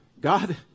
God